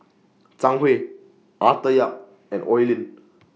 Zhang Hui Arthur Yap and Oi Lin